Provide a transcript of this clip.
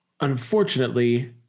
unfortunately